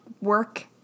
work